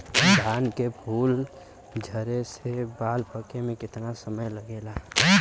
धान के फूल धरे से बाल पाके में कितना समय लागेला?